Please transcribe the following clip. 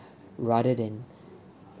rather than